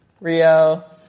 Rio